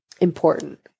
important